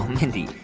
mindy,